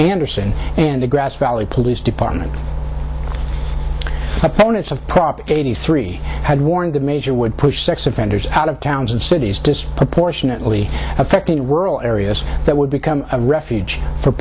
anderson and a grass valley police department opponents of prop eighty three had warned the major would push sex offenders out of towns and cities disproportionately affecting rural areas that would become a refuge for